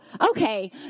Okay